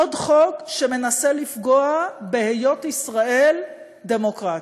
עוד חוק שמנסה לפגוע בהיות ישראל דמוקרטיה,